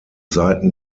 seiten